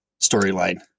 storyline